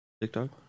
TikTok